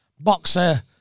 boxer